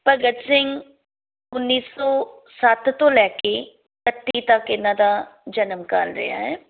ਭਗਤ ਸਿੰਘ ਉੱਨੀ ਸੌ ਸੱਤ ਤੋਂ ਲੈ ਕੇ ਇਕੱਤੀ ਤੱਕ ਇਹਨਾਂ ਦਾ ਜਨਮ ਕਾਲ ਰਿਹਾ ਹੈ